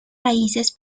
raíces